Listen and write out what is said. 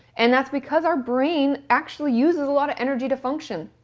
and that's because our brain actually uses a lot of energy to function.